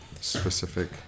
specific